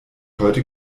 heute